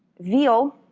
veal,